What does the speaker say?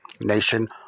nation